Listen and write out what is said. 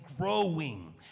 growing